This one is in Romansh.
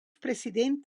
president